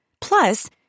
Plus